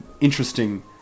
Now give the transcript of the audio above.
interesting